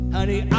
Honey